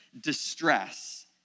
distress